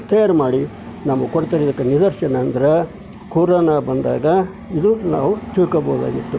ತಯಾರು ಮಾಡಿ ನಮಗೆ ಕೊಡ್ತಿರೋದಕ್ಕೆ ನಿದರ್ಶನ ಅಂದ್ರೆ ಕೊರೋನ ಬಂದಾಗ ಇದು ನಾವು ತಿಳ್ಕೊಳ್ಬೋದಾಗಿತ್ತು